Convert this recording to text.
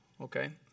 Okay